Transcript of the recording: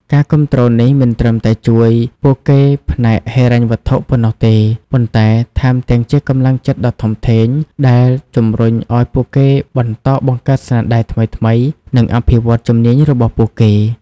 ការគាំទ្រនេះមិនត្រឹមតែជួយពួកគេផ្នែកហិរញ្ញវត្ថុប៉ុណ្ណោះទេ ប៉ុន្តែថែមទាំងជាកម្លាំងចិត្តដ៏ធំធេងដែលជំរុញឲ្យពួកគេបន្តបង្កើតស្នាដៃថ្មីៗ និងអភិវឌ្ឍន៍ជំនាញរបស់ពួកគេ។